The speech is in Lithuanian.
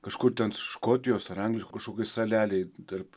kažkur ten škotijos ar angliškoj kažkokioj salelėj tarp